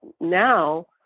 now